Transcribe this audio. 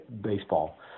baseball